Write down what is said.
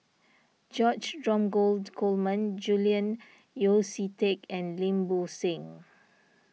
George Dromgold Coleman Julian Yeo See Teck and Lim Bo Seng